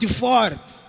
forte